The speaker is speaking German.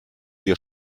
dir